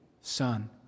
Son